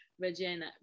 Virginia